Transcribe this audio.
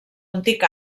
antic